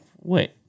wait